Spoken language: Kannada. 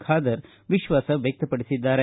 ಖಾದರ್ ವಿಶ್ವಾಸ ವ್ವಕ್ತಪಡಿಸಿದ್ದಾರೆ